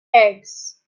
eggs